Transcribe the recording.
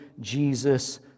Jesus